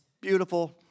beautiful